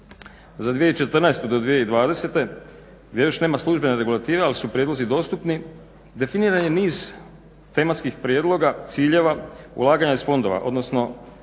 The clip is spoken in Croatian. za 2014.- do 2020. gdje još nema službene direktive ali su prijedlozi dostupni, definiran je niz tematskih prijedloga, ciljeva, ulaganja iz fondova odnosno